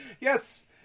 Yes